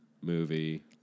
movie